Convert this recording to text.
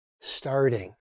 starting